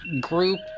group